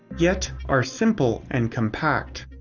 yet are simple and compact.